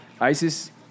ISIS